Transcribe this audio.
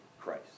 Christ